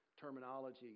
terminology